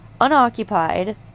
unoccupied